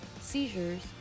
seizures